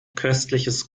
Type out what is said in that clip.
köstliches